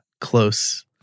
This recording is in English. close